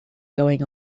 going